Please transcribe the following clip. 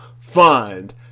find